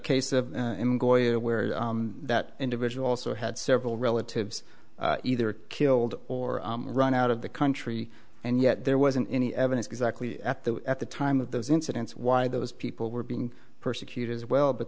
where that individual also had several relatives either killed or run out of the country and yet there wasn't any evidence exactly at the at the time of those incidents why those people were being persecuted as well but